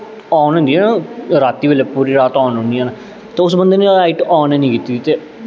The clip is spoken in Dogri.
आन होंदियां रातीं बेल्लै पूरी रात आन होंदियां न ते उस बंदे ने लाईट आन हैनी कीती दी ते